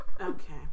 Okay